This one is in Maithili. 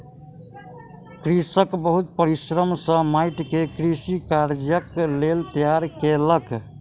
कृषक बहुत परिश्रम सॅ माइट के कृषि कार्यक लेल तैयार केलक